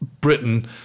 Britain